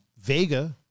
Vega